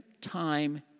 time